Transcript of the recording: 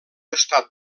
estat